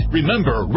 Remember